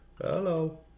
hello